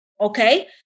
okay